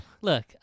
Look